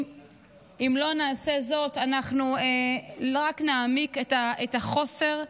אם לא נעשה זאת, אנחנו לא רק נעמיק את החוסר,